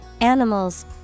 Animals